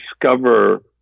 discover